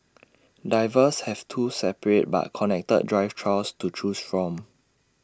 divers have two separate but connected dive trails to choose from